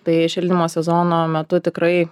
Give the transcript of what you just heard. tai šildymo sezono metu tikrai